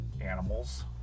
animals